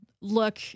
look